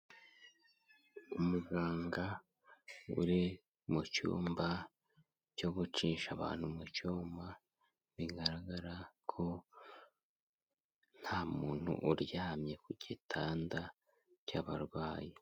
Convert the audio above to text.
Umuganga uri mu cyumba cyo gucisha abantu mu cyuma, bigaragara ko nta muntu uryamye ku gitanda cy'abarwayi.